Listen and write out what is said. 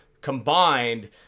combined